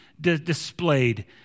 displayed